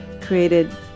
created